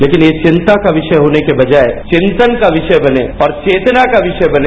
लेकिन ये चिंता का विषय होने के बजाय विंतन का विषय बने और चेतना का विषय बने